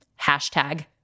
hashtag